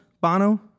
Bono